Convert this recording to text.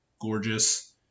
gorgeous